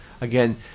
Again